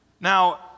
Now